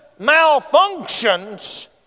malfunctions